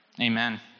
Amen